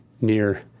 near-